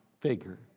figure